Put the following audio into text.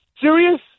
Serious